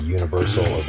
Universal